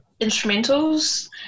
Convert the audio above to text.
Instrumentals